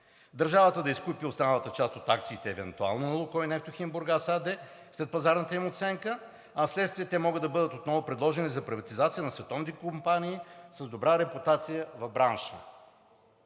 Държавата да изкупи останалата част от акциите евентуално на „Лукойл Нефтохим Бургас“ АД след пазарната им оценка, а впоследствие те могат да бъдат отново предложени за приватизация на световните компании с добра репутация в бранша.